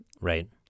Right